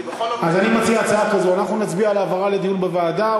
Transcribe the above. אז אני מציע הצעה כזו: אנחנו נצביע על העברה לדיון בוועדה,